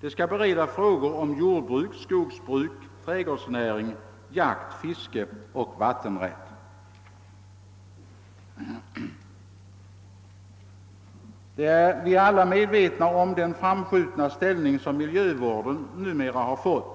Det skall bereda frågor om jordbruk, skogsbruk, trädgårdsnäring, jakt, fiske och vattenrätt.» Alla är medvetna om att miljövården numera har fått en mycket framskjuten ställning.